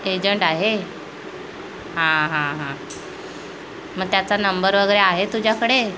agent आहे हां हां हां मग त्याचा नंबर वगैरे आहे तुझ्याकडे